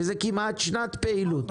שזה כמעט שנת פעילות,